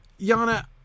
Yana